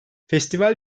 festival